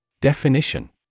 Definition